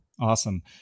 Awesome